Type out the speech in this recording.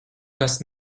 kas